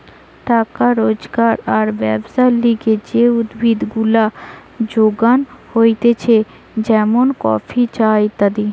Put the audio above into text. টাকা রোজগার আর ব্যবসার লিগে যে উদ্ভিদ গুলা যোগান হতিছে যেমন কফি, চা ইত্যাদি